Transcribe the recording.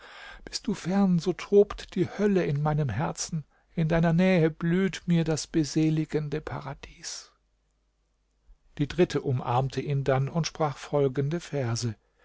bist du fern so tobt die hölle in meinem herzen in deiner nähe blüht mir das beseligende paradies die dritte umarmte ihn dann und sprach folgende verse